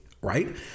Right